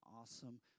awesome